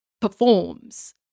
performs